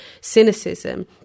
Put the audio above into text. cynicism